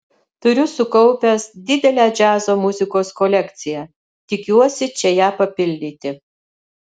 turiu sukaupęs didelę džiazo muzikos kolekciją tikiuosi čia ją papildyti